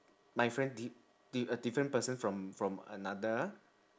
my friend di~ di~ a different person from from another